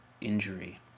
injury